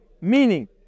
meaning